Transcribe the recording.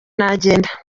nagenda